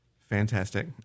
Fantastic